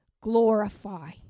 glorify